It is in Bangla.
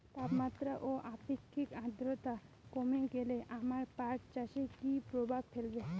তাপমাত্রা ও আপেক্ষিক আদ্রর্তা কমে গেলে আমার পাট চাষে কী প্রভাব ফেলবে?